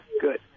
good